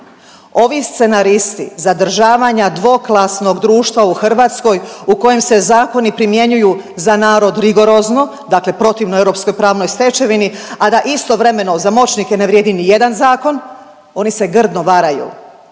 Ovi scenaristi zadržavanja dvoklasnog društva u Hrvatskoj u kojem se zakoni primjenjuju za narod rigorozno, dakle protivno europskoj pravnoj stečevini, a da istovremeno za moćnike ne vrijedi nijedan zakon, oni se grdno varaju.